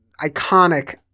iconic